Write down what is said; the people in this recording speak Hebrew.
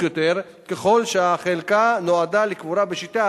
יותר ככל שהחלקה נועדה לקבורה בשיטה